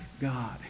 God